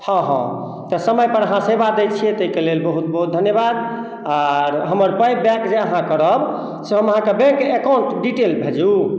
हँ हँ तऽ समयपर अहाँ सेवा दै छिए ताहिके लेल बहुत बहुत धन्यवाद आओर हमर पाइ बैक जे अहाँ करब से अहाँके बैंक अकाउन्ट डिटेल भेजू